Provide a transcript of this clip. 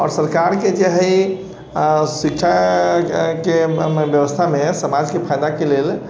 आओर सरकारके जे हइ शिक्षाके बेबस्थामे समाजके फाइदाके लेल